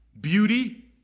beauty